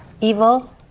evil